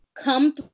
come